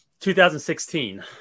2016